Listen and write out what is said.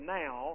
now